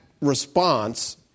response